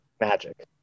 magic